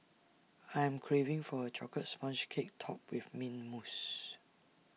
I am craving for A Chocolate Sponge Cake Topped with Mint Mousse